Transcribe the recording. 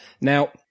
now